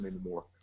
anymore